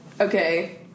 Okay